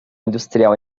industrial